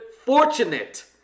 fortunate